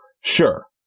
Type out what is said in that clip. Sure